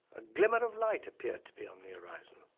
a glimmer of light appeared to be on the horizon.